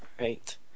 Right